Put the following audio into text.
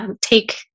take